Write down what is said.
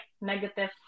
negative